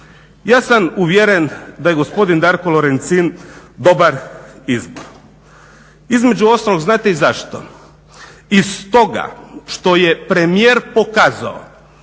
Ja sam uvjeren da je gospodin Darko Lorencin dobar izbor. Između ostalog znate i zašto iz toga što je premijer pokazao